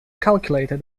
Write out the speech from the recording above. calculated